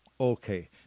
Okay